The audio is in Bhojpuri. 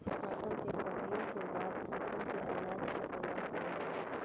फसल के कटनी के बाद फसल से अनाज के अलग कईल जाला